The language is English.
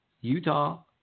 Utah